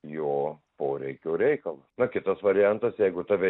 jo poreikių reikalas na kitas variantas jeigu tave